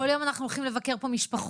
כל יום אנחנו הולכים לבקר פה משפחות.